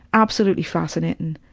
absolutely fascinating.